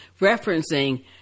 referencing